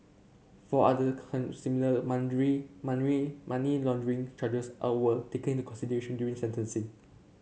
four other similar money laundering charges are were taken into consideration during sentencing